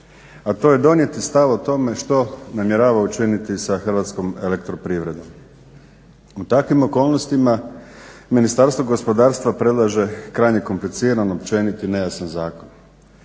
a to je donijeti stav o tome što namjerava učiniti sa HEP-om. U takvim okolnostima Ministarstvo gospodarstva predlaže krajnje kompliciran, općenit i nejasan zakon.